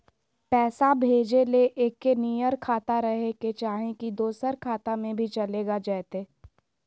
पैसा भेजे ले एके नियर खाता रहे के चाही की दोसर खाता में भी चलेगा जयते?